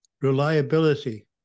Reliability